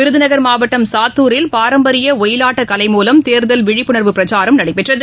விருதுநகர் மாவட்டம் சாத்தூரில் பாரம்பரியஒயிலாட்டக்கலை மூலம் தேர்தல் விழிப்புணர்வு பிரச்சாரம் நடைபெற்றது